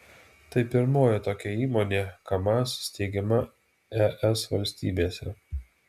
tai pirmoji tokia įmonė kamaz steigiama es valstybėse